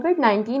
COVID-19